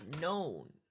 known